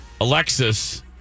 Alexis